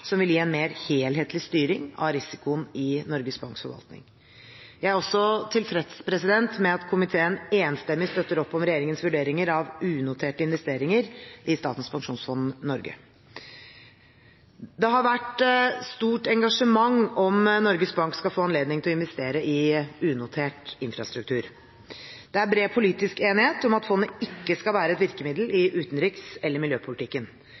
som vil gi en mer helhetlig styring av risikoen i Norges Banks forvaltning. Jeg er også tilfreds med at komiteen enstemmig støtter opp om regjeringens vurderinger av unoterte investeringer i Statens pensjonsfond Norge. Det har vært et stort engasjement om hvorvidt Norges Bank skal få anledning til å investere i unotert infrastruktur. Det er bred politisk enighet om at fondet ikke skal være et virkemiddel